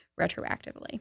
retroactively